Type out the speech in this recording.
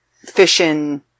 fishing